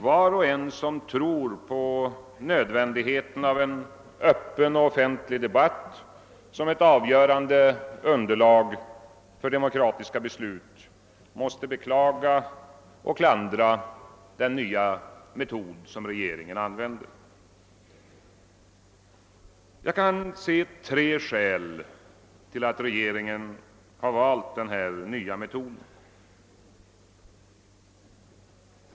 Var och en som tror på nödvändigheten av öppen och offentlig debatt som ett avgörande underlag för demokratiska beslut måste beklaga och klandra den nya metod som regeringen här använt. Jag kan se tre skäl till att regeringen valt denna metod.